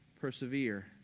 persevere